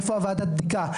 איפה ועדת הבדיקה,